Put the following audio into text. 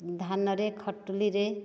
ଧାନରେ ଖଟୁଲିରେ